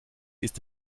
ist